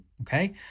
Okay